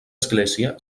església